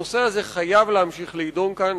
הנושא הזה חייב להמשיך להידון כאן.